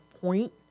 point